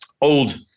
old